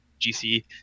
GC